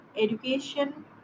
education